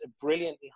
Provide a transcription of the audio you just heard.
brilliantly